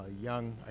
Young